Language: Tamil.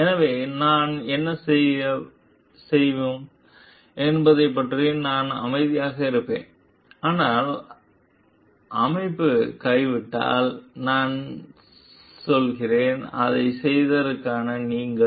எனவே நாம் என்ன செய்வோம் என்பதைப் பற்றி நான் அமைதியாக இருப்பேன் ஆனால் அமைப்பு கைவிட்டால் நான் சொல்கிறேன் அதைச் செய்ததற்காக நீங்கள்